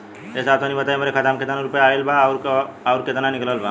ए साहब तनि बताई हमरे खाता मे कितना केतना रुपया आईल बा अउर कितना निकलल बा?